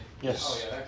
Yes